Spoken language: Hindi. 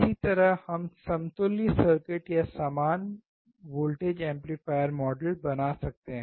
इसी तरह हम समतुल्य सर्किट या समान वोल्टेज एम्पलीफायर मॉडल बना सकते हैं